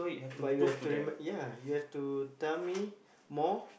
but you have to remind ya you have to tell me more